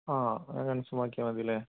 ആ അങ്ങനെ കൺഫോമാക്കിയാല് മതിയല്ലേ